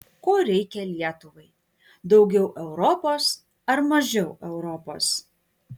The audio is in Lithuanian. ko reikia lietuvai daugiau europos ar mažiau europos